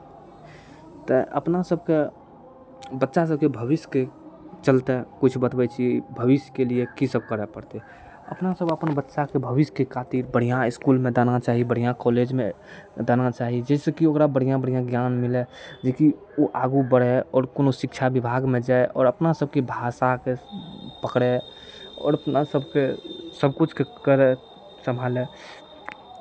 तऽ अपना सभके बच्चा सभके भविष्यके चलते किछु बतबै छी भविष्यके लिए कीसभ करए पड़तै अपना सभ अपन बच्चाके भविष्यके खातिर बढ़िआँ इसकुलमे देना चाही बढ़िआँ कॉलेजमे देना चाही जैसे कि ओकरा बढ़िआँ बढ़िआँ ज्ञान मिलए जेकि ओ आगू बढ़ए आओर कोनो शिक्षा विभागमे जाय आओर अपना सभके भाषाकेँ पकड़ए आओर अपना सभके सभकिछुके करय सम्हालय